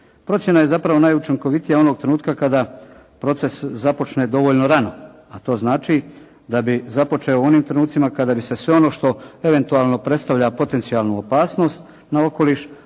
Procjena je zapravo najučinkovitija onog trenutka kada proces započne dovoljno rano, a to znači da bi započeo u onim trenucima kada bi se sve ono što eventualno predstavlja potencijalnu opasnost na okoliš